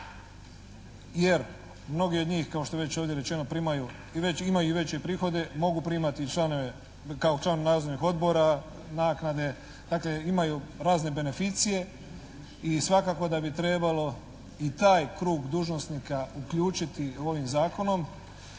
jer mnogi od njih kao što je već ovdje rečeno primaju i imaju veće prihode, mogu primati kao član nadzornih odbora naknade. Dakle imaju razne beneficije i svakako da bi trebalo i taj krug dužnosnika uključiti ovim zakonom,